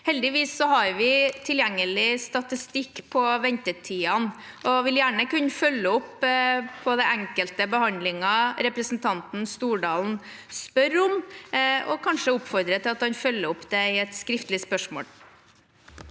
Heldigvis har vi tilgjengelig statistikk på ventetidene. Jeg vil gjerne kunne følge opp på de enkelte behandlinger representanten Stordalen spør om, og kanskje oppfordre til at han følger det opp i et skriftlig spørsmål.